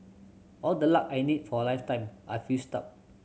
all the luck I need for a lifetime I've used up